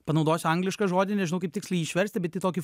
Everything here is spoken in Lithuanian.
panaudosiu anglišką žodį nežinau kaip tiksliai išversti bet į tokį